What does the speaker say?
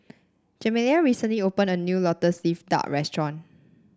Jeremiah recently opened a new lotus leaf duck restaurant